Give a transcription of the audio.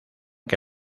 que